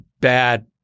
bad